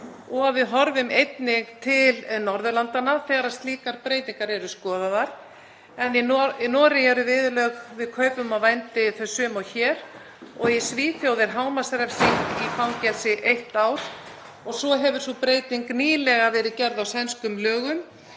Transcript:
að við horfum einnig til Norðurlandanna þegar slíkar breytingar eru skoðaðar. Í Noregi eru viðurlög við kaupum á vændi þau sömu og hér og í Svíþjóð er hámarksrefsing í fangelsi eitt ár og svo hefur sú breyting nýlega verið gerð á sænskum lögum